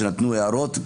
שנתנו הערות.